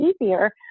easier